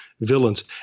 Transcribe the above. villains